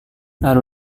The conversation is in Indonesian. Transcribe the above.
lalu